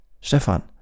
Stefan